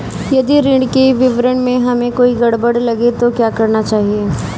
यदि ऋण के विवरण में हमें कोई गड़बड़ लगे तो क्या करना चाहिए?